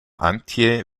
antje